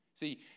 See